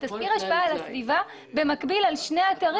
שמבצעים תסקיר השפעה על הסביבה במקביל על שני אתרים.